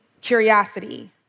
curiosity